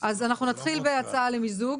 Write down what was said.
אנחנו נתחיל בהצעה למיזוג.